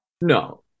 no